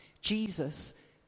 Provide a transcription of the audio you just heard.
Jesus